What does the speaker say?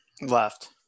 Left